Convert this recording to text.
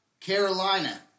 Carolina